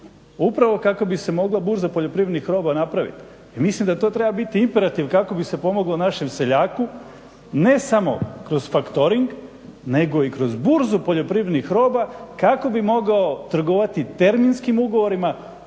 upravo kako bi se mogla bura poljoprivrednih roba napraviti i mislim da to treba biti imperativ kako bi se pomoglo našem seljaku ne samo kroz factoring nego i kroz burzu poljoprivrednih roba kako bi mogao trgovati terminskim ugovorima